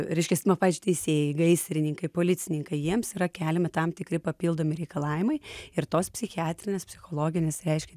reiškias nu pavyzdžiui teisėjai gaisrininkai policininkai jiems yra keliami tam tikri papildomi reikalavimai ir tos psichiatrinės psichologinės reiškia